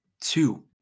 two